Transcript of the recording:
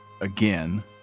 again